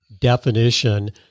definition